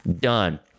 done